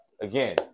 again